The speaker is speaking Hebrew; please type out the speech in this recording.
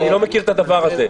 אני לא מכיר את הדבר הזה,